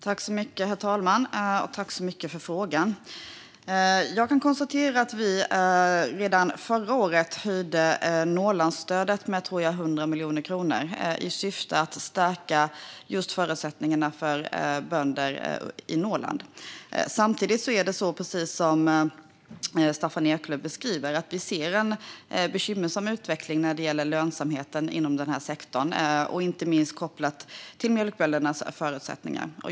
Herr talman! Tack så mycket, Staffan Eklöf, för frågan! Jag kan konstatera att vi redan förra året höjde Norrlandsstödet med, tror jag, 100 miljoner kronor just i syfte att stärka förutsättningarna för bönder i Norrland. Samtidigt ser vi, precis som Staffan Eklöf beskriver, en bekymmersam utveckling när det gäller lönsamhet inom den här sektorn, inte minst kopplat till mjölkböndernas förutsättningar.